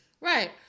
Right